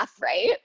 right